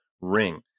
ring